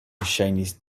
ŝajnis